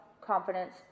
confidence